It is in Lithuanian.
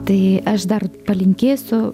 tai aš dar palinkėsiu